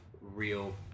real